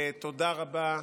תודה רבה,